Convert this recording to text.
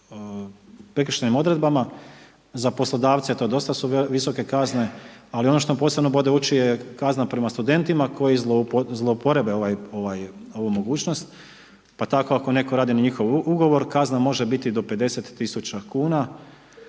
za poslodavce su to dosta visoke kazne, ali ono što posebno bode u oči je kazna prema studentima, koji zloupotrebe ovu mogućnost. Pa tako ako netko radi na njihov ugovor, kazna može biti do 50000 kn.